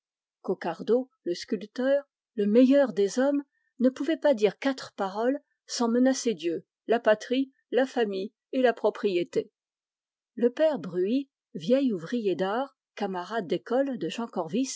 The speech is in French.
coquardeau le sculpteur le meilleur des hommes ne pouvait pas dire quatre paroles sans menacer dieu la patrie la famille et la propriété le père bruys vieil ouvrier d'art camarade d'école de